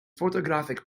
photographic